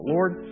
Lord